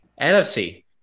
NFC